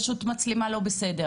המצלמה.